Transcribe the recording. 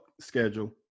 schedule